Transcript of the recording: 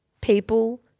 People